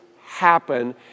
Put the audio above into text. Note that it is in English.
happen